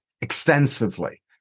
extensively